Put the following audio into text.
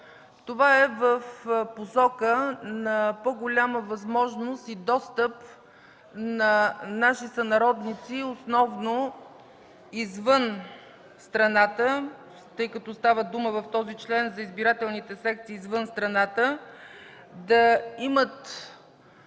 Това е в посока на по-голяма възможност и достъп на наши сънародници, основно извън страната, тъй като в този член става дума за избирателните секции извън страната, да имат